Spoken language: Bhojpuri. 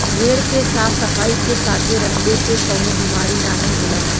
भेड़ के साफ सफाई के साथे रखले से कउनो बिमारी नाहीं होला